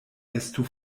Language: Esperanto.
estu